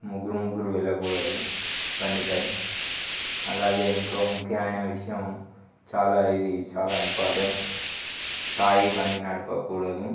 ముగ్గురు ముగ్గురు వెళ్ళకూడదు బండిపై అలాగే ఇంకో ముఖ్యమైన విషయం చాలా ఇది చాలా ఇంపార్టెంట్ తాగి బండి నడపకూడదు